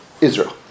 Israel